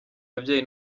ababyeyi